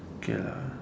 okay